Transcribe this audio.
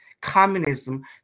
communism